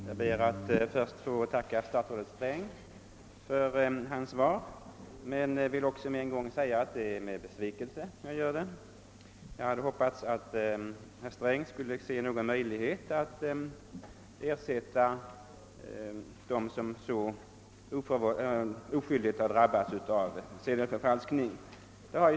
Herr talman! Först ber jag att få tacka statsrådet Sträng för svaret samtidigt som jag vill säga att det var med besvikelse som jag tog emot det. Jag hade nämligen hoppats att herr Sträng skulle ha funnit någon möjlighet att ersätta dem som oförskyllt har drabbats av de falska hundrakronorssedlarna.